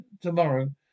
tomorrow